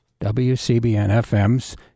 WCBN-FM's